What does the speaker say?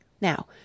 Now